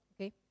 okay